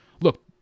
look